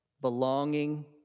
belonging